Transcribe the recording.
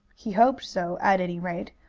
he hoped so, at any rate,